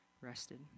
rested